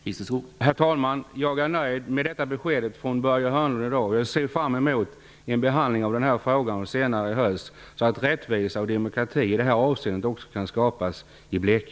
Herr talman! Jag är nöjd med detta besked från Börje Hörnlund. Jag ser fram emot en behandling av denna fråga senare i höst, så att rättvisa och demokrati i detta avseende också kan skapas i